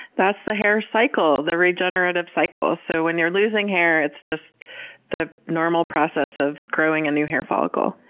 that's the hair cycle. the regenerative cycle. so, when you're losing hair, it's just the normal process of growing a new hair follicle.